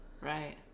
Right